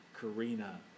Karina